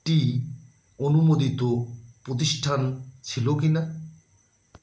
টি অনুমোদিতোতিষ্ঠান ছিল কি না